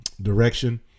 direction